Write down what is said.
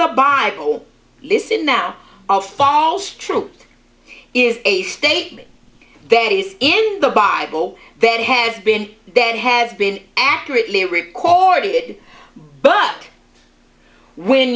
the bible listen now of false truth is a statement that is in the bible that has been there has been accurately recorded but when